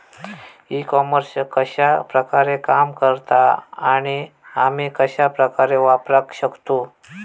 E commerce कश्या प्रकारे काम करता आणि आमी कश्या प्रकारे वापराक शकतू?